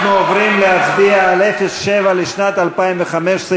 אנחנו עוברים להצביע על סעיף 07 לשנת 2015,